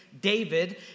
David